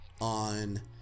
on